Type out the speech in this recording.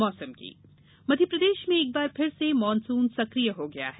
मौसम मध्यप्रदेश में एक बार फिर से मानसून सक्रिय हो गया है